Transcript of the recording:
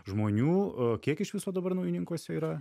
žmonių kiek iš viso dabar naujininkuose yra